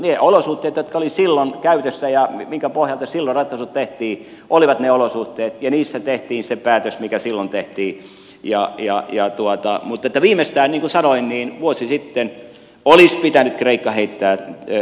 ne olosuhteet jotka olivat silloin käytössä ja joiden pohjalta silloin ratkaisut tehtiin olivat ne olosuhteet ja niissä tehtiin se päätös mikä silloin tehtiin mutta viimeistään niin kuin sanoin vuosi sitten olisi pitänyt kreikka heittää ulkopuolelle